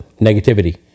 negativity